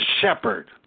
shepherd